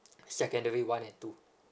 secondary one and two